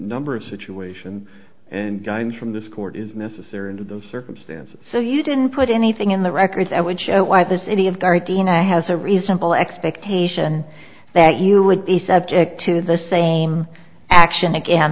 number of situations and guns from this court is necessary and in those circumstances so you didn't put anything in the record that would show why the city of gardena has a reasonable expectation that you would be subject to the same action again